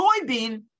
soybean